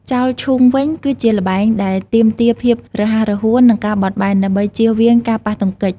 ចោលឈូងវិញ គឺជាល្បែងដែលទាមទារភាពរហ័សរហួន និងការបត់បែន ដើម្បីចៀសវាងការប៉ះទង្គិច។